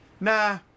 Nah